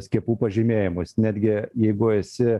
skiepų pažymėjimus netgi jeigu esi